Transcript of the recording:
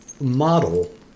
model